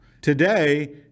Today